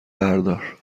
بردار